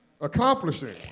Accomplishing